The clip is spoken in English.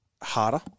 harder